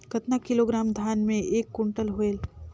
कतना किलोग्राम धान मे एक कुंटल होयल?